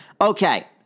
Okay